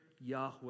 Yahweh